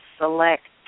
select